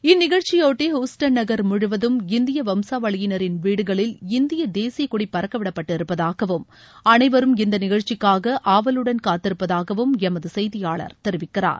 இந்நிகழ்ச்சியைபொட்டி Houston நகர் முழுவதும் இந்திய வம்சாவளியினரின் வீடுகளில் இந்திய தேசிய கொடி பறக்கவிடப் பட்டிருப்பதுகவும் அனைவரும் இந்த நிகழ்ச்சிக்காக ஆவலுடன் காத்திருப்பதாகவும் எமது செய்தியாளர் தெரிவிக்கிறார்